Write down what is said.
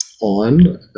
on